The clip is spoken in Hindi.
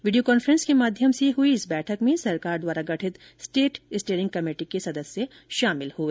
वीडियो कॉन्फ्रेंस के माध्यम से इस बैठक में सरकार द्वारा गठित स्टेट स्टेयरिंग कमेटी के सदस्य शामिल हुए